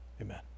Amen